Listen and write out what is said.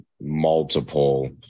multiple